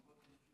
תודה, אדוני